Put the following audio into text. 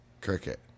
Cricket